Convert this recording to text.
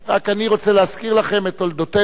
רק אני רוצה להזכיר לכם את תולדותינו.